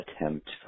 attempt